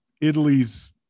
Italy's